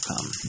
come